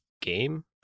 game